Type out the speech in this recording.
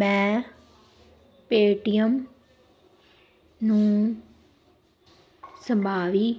ਮੈਂ Paytm ਨੂੰ ਸੰਭਾਵੀ